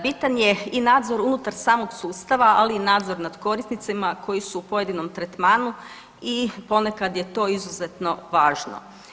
Bitan je i nadzor unutar samog sustava, ali i nadzor nad korisnicima koji su u pojedinom tretmanu i ponekad je to izuzetno važno.